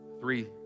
three